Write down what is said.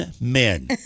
men